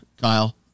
Kyle